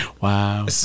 wow